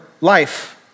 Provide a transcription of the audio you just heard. life